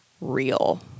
real